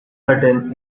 certain